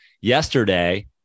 yesterday